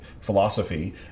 philosophy